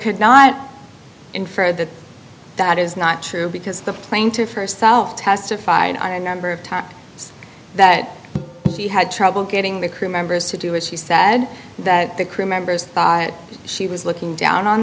could not infer that that is not true because the plaintiff herself testified on a number of times that she had trouble getting the crewmembers to do it she said that the crew members she was looking down on